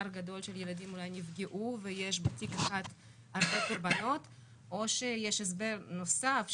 גדול של ילדים אולי נפגעו ויש בתיק אחד הרבה קורבנות או שיש הסבר נוסף,